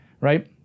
right